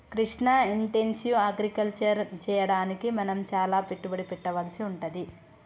Krishna intensive agriculture చెయ్యడానికి మనం చాల పెట్టుబడి పెట్టవలసి వుంటది